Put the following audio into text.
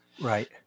Right